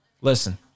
Listen